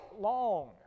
long